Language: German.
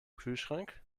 kühlschrank